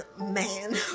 man